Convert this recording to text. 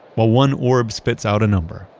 while one orb spits out a number,